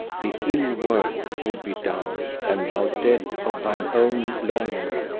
the ill work would be done, and thou dead of thine own longing,